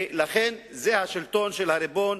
ולכן זה השלטון של הריבון,